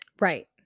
right